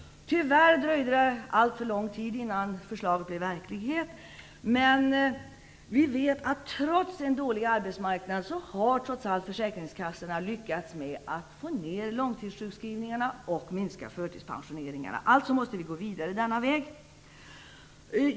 Tyvärr dröjde det alltför länge innan förslaget blev verklighet. Vi vet att försäkringskassorna, trots en dålig arbetsmarknad, har lyckats få ner långtidssjukskrivningarna och minska förtidspensioneringarna. Alltså måste vi gå vidare på denna väg.